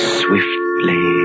swiftly